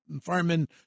firemen